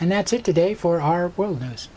and that's it today for our world news